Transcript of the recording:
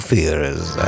Fears